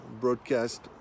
broadcast